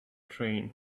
train